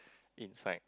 inside